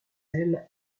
ailes